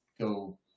go